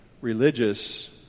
religious